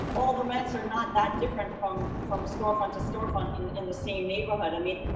all the rents are not that different from from storefront to storefront in in the same neighborhood. i mean,